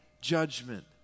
judgment